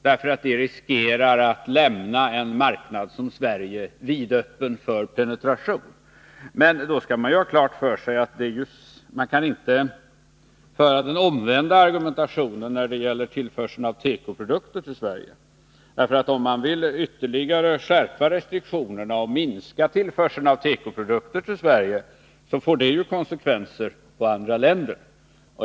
De riskerar ju att lämna en marknad som Sverige vidöppen för penetration. Men man kan inte föra den omvända argumentationen när det gäller tillförseln av tekoprodukter till Sverige. Om man ytterligare vill skärpa restriktionerna och minska införseln av tekoprodukter till Sverige, får det nämligen konsekvenser i andra länder.